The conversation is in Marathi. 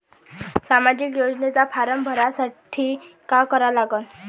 सामाजिक योजनेचा फारम भरासाठी का करा लागन?